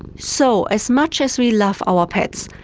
so, as much as we love our pets,